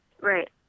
Right